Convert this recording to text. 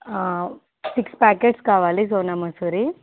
six packets కావాలి సోనా మసూరి